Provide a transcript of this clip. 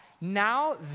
now